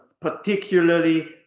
particularly